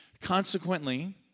consequently